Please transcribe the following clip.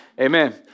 Amen